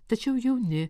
tačiau jauni